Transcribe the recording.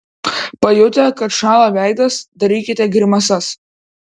pajutę kad šąla veidas darykite grimasas